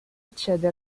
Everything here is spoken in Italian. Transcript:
accede